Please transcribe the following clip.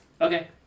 Okay